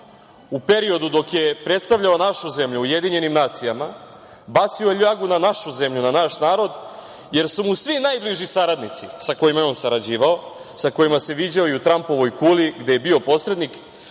u periodu dok je predstavljao našu zemlju u UN, bacio ljagu na našu zemlju, na naš narod, jer su mu najbliži saradnici sa kojima je on sarađivao, sa kojima se viđao i u Trampovoj kuli, gde je bio posrednik,